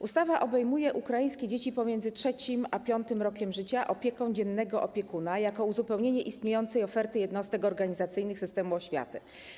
Ustawa obejmuje ukraińskie dzieci pomiędzy 3. a 5. r.ż. opieką dziennego opiekuna jako uzupełnienie istniejącej oferty jednostek organizacyjnych systemu oświaty.